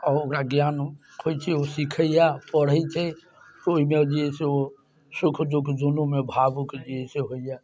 ओकरा ज्ञान होइ छै ओ सीखैये पढ़ै छै तऽ ओइमे जे है से ओ सुख दुःख दुनूमे भावुक जे है से होइए